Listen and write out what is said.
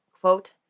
quote